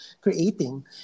creating